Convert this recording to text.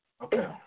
Okay